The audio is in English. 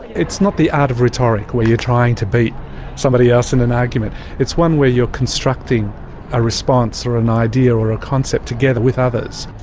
it's not the art of rhetoric, where you're trying to beat somebody else in an argument it's one where you're constructing a response, or an idea, or a concept together with others.